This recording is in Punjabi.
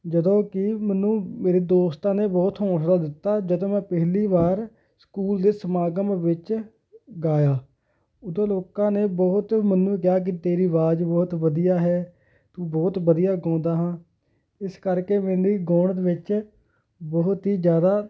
ਜਦੋਂ ਕਿ ਮੈਨੂੰ ਮੇਰੇ ਦੋਸਤਾਂ ਨੇ ਬਹੁਤ ਹੌਸਲਾ ਦਿੱਤਾ ਜਦੋਂ ਮੈਂ ਪਹਿਲੀ ਵਾਰ ਸਕੂਲ ਦੇ ਸਮਾਗਮ ਵਿੱਚ ਗਾਇਆ ਉਦੋਂ ਲੋਕਾਂ ਨੇ ਬਹੁਤ ਮੈਨੂੰ ਕਿਹਾ ਕਿ ਤੇਰੀ ਅਵਾਜ਼ ਬਹੁਤ ਵਧੀਆ ਹੈ ਤੂੰ ਬਹੁਤ ਵਧੀਆ ਗਾਉਂਦਾ ਹਾਂ ਇਸ ਕਰਕੇ ਮੇਰੀ ਗਾਉਣ ਵਿੱਚ ਬਹੁਤ ਹੀ ਜ਼ਿਆਦਾ